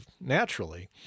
naturally